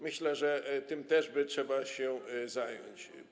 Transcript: Myślę, że tym też by trzeba się zająć.